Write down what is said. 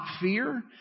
fear